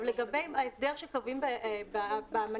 לגבי ההסדר שקובעים באמנה,